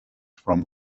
from